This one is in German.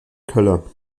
keller